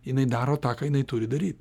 jinai daro tą ką jinai turi daryt